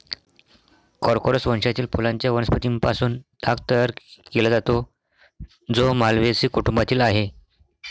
Corchorus वंशातील फुलांच्या वनस्पतीं पासून ताग तयार केला जातो, जो माल्व्हेसी कुटुंबातील आहे